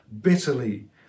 bitterly